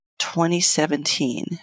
2017